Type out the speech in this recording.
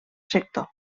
sector